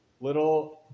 little